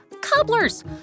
cobblers